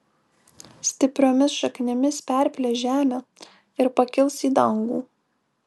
stipriomis šaknimis perplėš žemę ir pakils į dangų